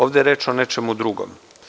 Ovde je reč o nečemu drugom.